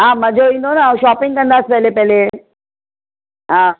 हा मज़ो ईंदो न ऐं शॉपिंग कंदासीं पहले पहले हा हा